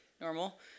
Normal